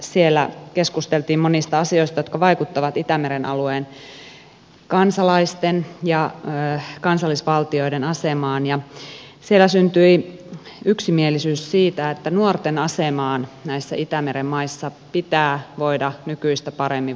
siellä keskusteltiin monista asioista jotka vaikuttavat itämeren alueen kansalaisten ja kansallisvaltioiden asemaan ja siellä syntyi yksimielisyys siitä että nuorten asemaan näissä itämeren maissa pitää voida nykyistä paremmin vaikuttaa